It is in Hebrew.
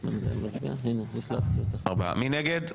מי נגד?